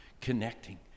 connecting